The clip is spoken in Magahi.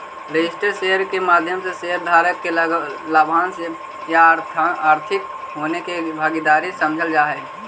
रजिस्टर्ड शेयर के माध्यम से शेयर धारक के लाभांश या आर्थिक हानि के भागीदार समझल जा हइ